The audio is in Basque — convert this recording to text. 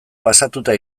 pasatuta